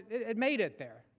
it made it there.